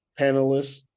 panelists